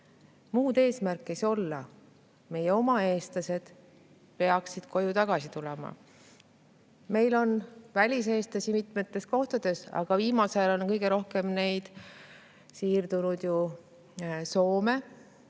Muud eesmärki ei saa olla. Meie oma eestlased peaksid koju tagasi tulema. Meil on väliseestlasi mitmetes kohtades, aga viimasel ajal on kõige rohkem neid siirdunud ju Soome.